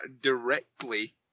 directly